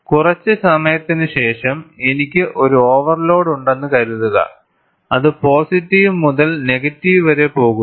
കുറച്ച് സമയത്തിനുശേഷം എനിക്ക് ഒരു ഓവർലോഡ് ഉണ്ടെന്ന് കരുതുക അത് പോസിറ്റീവ് മുതൽ നെഗറ്റീവ് വരെ പോകുന്നു